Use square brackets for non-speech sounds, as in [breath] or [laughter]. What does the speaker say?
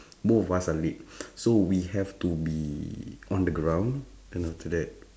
both of us are late [breath] so we have to be on the ground then after that